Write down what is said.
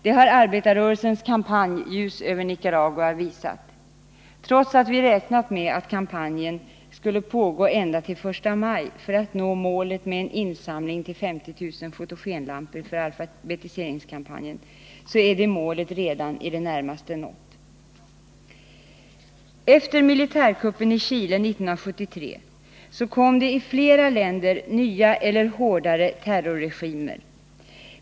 Det har arbetarrörelsens kampanj Ljus över Nicaragua visat. Vi hade räknat med att kampanjen skulle behöva pågå ända till den 1 maj för att vi skulle nå målet att samla in medel till 50 000 fotogenlampor för alfabetiseringskampanjen, men det målet är redan i det närmaste uppnått. Efter militärkuppen i Chile 1973 kom det i flera länder nya eller allt hårdare terrorregimer.